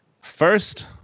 first